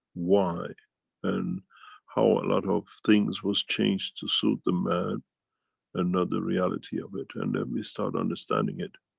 why and how a lot of things was changed to suit the man and not the reality of it and then we start understanding it.